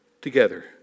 together